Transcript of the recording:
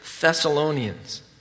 Thessalonians